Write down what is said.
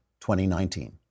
2019